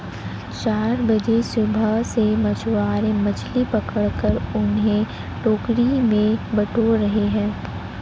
चार बजे सुबह से मछुआरे मछली पकड़कर उन्हें टोकरी में बटोर रहे हैं